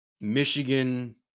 Michigan